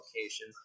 location